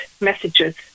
messages